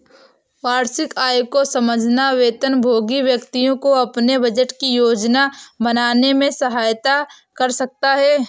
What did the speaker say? वार्षिक आय को समझना वेतनभोगी व्यक्तियों को अपने बजट की योजना बनाने में सहायता कर सकता है